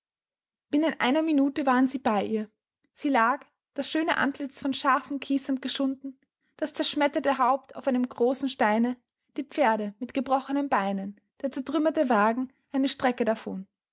binnen einer minute waren sie bei ihr sie lag das schöne antlitz von scharfem kiessand geschunden das zerschmetterte haupt auf einem großen steine die pferde mit gebrochenen beinen der zertrümmerte wagen eine strecke davon